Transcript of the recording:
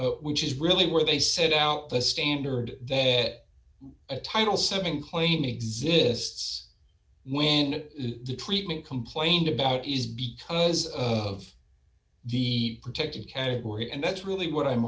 which is really where they set out the standard that a title seven claim exists when the treatment complained about is because of the protected category and that's really what i'm